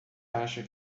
acha